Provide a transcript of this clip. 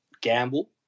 gamble